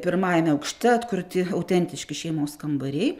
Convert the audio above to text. pirmajame aukšte atkurti autentiški šeimos kambariai